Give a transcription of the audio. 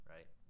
Right